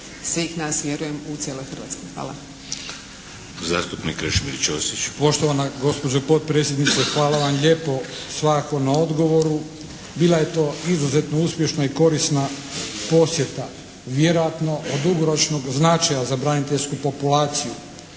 Zastupnik Krešimir Ćosić. **Ćosić, Krešimir (HDZ)** Poštovana gospođo potpredsjednice hvala vam lijepo svakako na odgovoru. Bila je to izuzetno uspješna i korisna posjeta. Vjerojatno od dugoročnog značaja za braniteljsku populaciju.